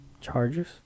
Chargers